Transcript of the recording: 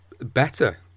better